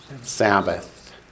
Sabbath